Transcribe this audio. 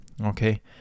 Okay